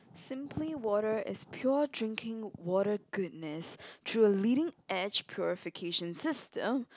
Simply Water is pure drinking water goodness through a leading edge purification system